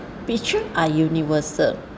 picture are universal